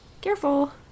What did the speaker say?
careful